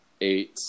eight